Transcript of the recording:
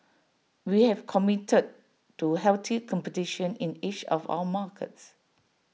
we have committed to healthy competition in each of our markets